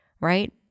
right